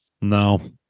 No